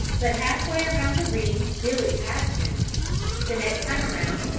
but half way around the ring billy passed him the next time around,